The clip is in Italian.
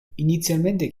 inizialmente